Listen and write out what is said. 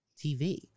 TV